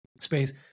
space